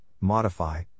modify